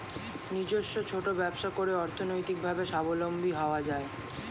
নিজস্ব ছোট ব্যবসা করে অর্থনৈতিকভাবে স্বাবলম্বী হওয়া যায়